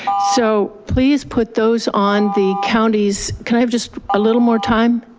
so please put those on the county's, can i have just a little more time?